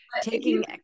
taking